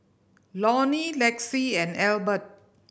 Lonny Lexie and Elbert